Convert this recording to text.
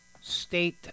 state